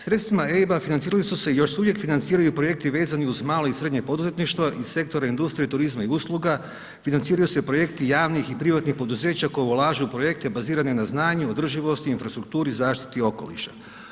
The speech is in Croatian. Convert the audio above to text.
Sredstvima EIB-a financirali su se i još se uvijek financiraju projekti vezani uz malo i srednje poduzetništvo i sektor industrije, turizma i usluga, financiraju se projekti javnih i privatnih poduzeća koja ulažu u projekte bazirane na znanju, održivosti, infrastrukturi i zaštiti okoliša.